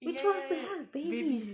which was to have babies